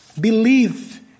Believe